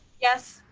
yes.